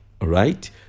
right